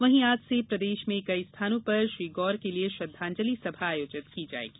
वहीं आज से प्रदेश में कई स्थानों पर श्री गौर के लिए श्रद्धांजलि सभा आयोजित की जायेंगी